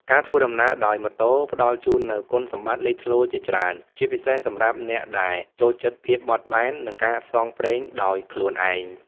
ការធ្វើដំណើរដោយម៉ូតូផ្ដល់ជូននូវគុណសម្បត្តិលេចធ្លោជាច្រើន ជាពិសេសសម្រាប់អ្នកដែលចូលចិត្តភាពបត់បែន និងការផ្សងព្រេងដោយខ្លួនឯង។